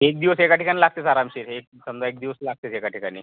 एक दिवस एका ठिकाणी लागतेच आरामशीर एक समजा एक दिवस लागतेच एका ठिकाणी